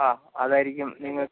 ആ അതായിരിക്കും നിങ്ങൾക്ക്